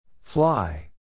Fly